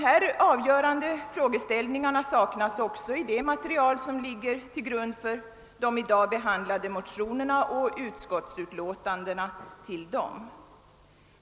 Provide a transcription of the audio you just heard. Dessa avgörande frågeställningar saknas också i det material, som ligger till grund för de i dag behandlade motionerna och utlåtandena över dem.